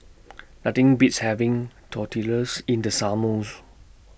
Nothing Beats having Tortillas in The Summer